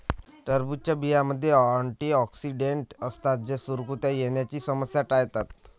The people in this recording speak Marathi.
टरबूजच्या बियांमध्ये अँटिऑक्सिडेंट असतात जे सुरकुत्या येण्याची समस्या टाळतात